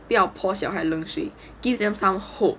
不要泼小孩冷水 gives them some hope